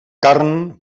carn